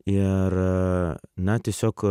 ir na tiesiog